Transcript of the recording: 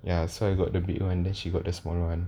ya so I got the big one then she got the small one